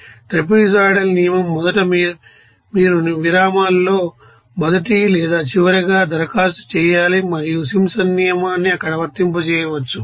trapezoidal నియమం మొదట మీరు విరామాలలో మొదటి లేదా చివరి గా దరఖాస్తు చేయాలి మరియు సింప్సన్స్ నియమాన్ని అక్కడ వర్తింపజేయవచ్చు